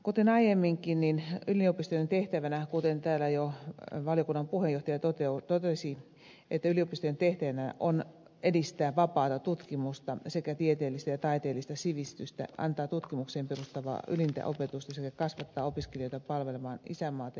kuten aiemminkin yliopistojen tehtävänä kuten täällä jo valiokunnan puheenjohtaja totesi on edistää vapaata tutkimusta sekä tieteellistä ja taiteellista sivistystä antaa tutkimukseen perustuvaa ylintä opetusta sekä kasvattaa opiskelijoita palvelemaan isänmaata ja yhteiskuntaa